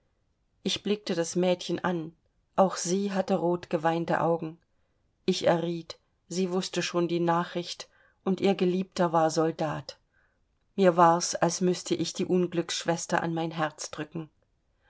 ich blickte das mädchen an auch sie hatte rotgeweinte augen ich erriet sie wußte schon die nachricht und ihr geliebter war soldat mir war's als müßte ich die unglücksschwester an mein herz drücken